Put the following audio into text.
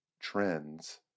trends